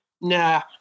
nah